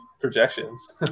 Projections